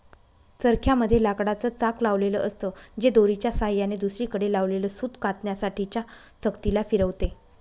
चरख्या मध्ये लाकडाच चाक लावलेल असत, जे दोरीच्या सहाय्याने दुसरीकडे लावलेल सूत कातण्यासाठी च्या चकती ला फिरवते